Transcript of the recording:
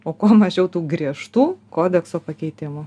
o kuo mažiau tų griežtų kodekso pakeitimų